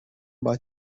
باید